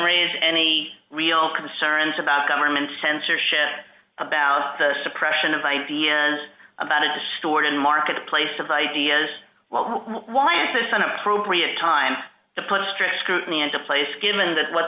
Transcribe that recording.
raise any real concerns about government censorship about the suppression of i d s about a distorted marketplace of ideas well why is this an appropriate time to put strict scrutiny into place given that what